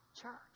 church